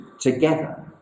together